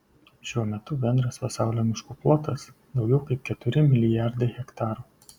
šiuo metu bendras pasaulio miškų plotas daugiau kaip keturi milijardai hektarų